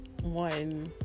one